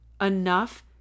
Enough